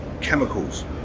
chemicals